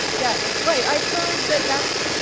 yeah, right, i've heard that that's,